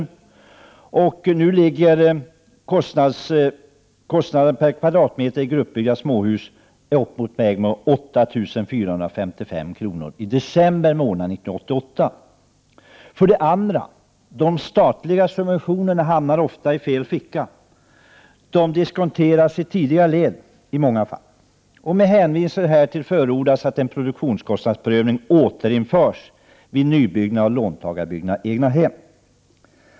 I december 1988 låg kostnaden per kvadratmeter i gruppbyggda småhus på 8455 kr. För det andra hamnar de statliga subventionerna ofta i fel ficka. De diskonteras i många fall i tidigare led. Med hänvisning härtill förordas att en produktionskostnadsprövning återinförs vid nybyggnad av låntagarbyggda egnahem.